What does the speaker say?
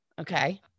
Okay